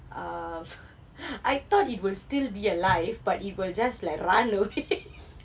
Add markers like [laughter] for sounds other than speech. err I thought it will still be alive but it will just like run away [laughs]